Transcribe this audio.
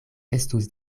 estus